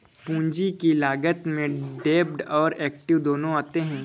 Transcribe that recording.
पूंजी की लागत में डेब्ट और एक्विट दोनों आते हैं